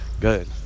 good